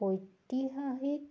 ঐতিহাসিক